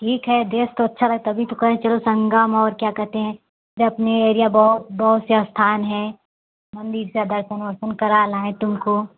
ठीक है देश तो अच्छा है तभी तो कहें चलो संगम और क्या कहते हैं उधर अपनी एरिया बहुत बहुत से स्थान हैं हम भी ऐसे दर्शन उर्शन करा लाएँ तुमको